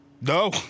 No